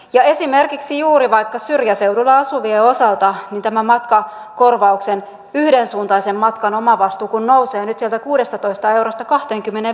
ja esimerkiksi juuri vaikka syrjäseudulla asuvien osalta tämä matkakorvauksen yhdensuuntaisen matkan omavastuu nousee nyt yhä huonompi yhä nuorempana